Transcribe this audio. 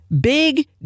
Big